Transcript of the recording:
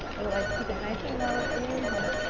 otherwise, keep it nice and low. inhale.